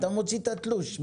אתה מוציא את התלוש.